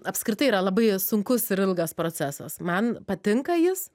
apskritai yra labai sunkus ir ilgas procesas man patinka jis